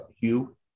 Hugh